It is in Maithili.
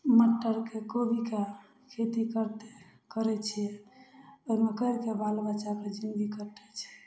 मटरके कोबीके खेती करतै करै छियै ओहिमे करिके बाल बच्चा पर जिन्दगी कटै छै